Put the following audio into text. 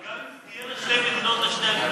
אבל גם תהיינה שתי מדינות לשני עמים,